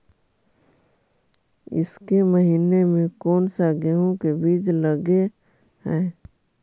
ईसके महीने मे कोन सा गेहूं के बीज लगे है?